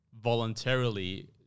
voluntarily